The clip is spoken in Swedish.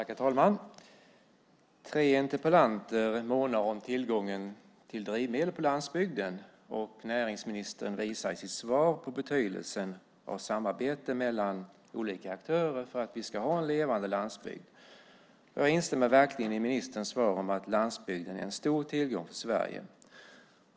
Herr talman! Tre interpellanter månar om tillgången till drivmedel på landsbygden. Näringsministern visar i sitt svar på betydelsen av samarbete mellan olika aktörer för att vi ska ha en levande landsbygd. Jag instämmer verkligen i ministerns svar. Landsbygden är en stor tillgång för Sverige.